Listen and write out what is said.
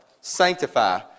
Sanctify